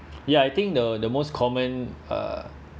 ya I think the the most common uh